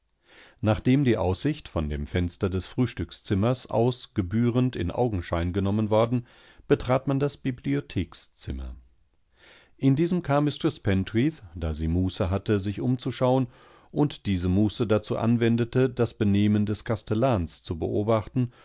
nachdem die aussicht von dem fenster des frühstückszimmers aus gebührend in augenscheingenommenworden betratmandasbibliothekszimmer in diesem kam mistreß pentreath da sie muße hatte sich umzuschauen und diese muße dazu anwendete das benehmen des kastellans zu beobachten